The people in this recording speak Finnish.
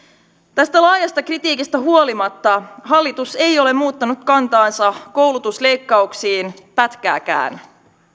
tästä laajasta kritiikistä huolimatta hallitus ei ole muuttanut kantaansa koulutusleikkauksiin pätkääkään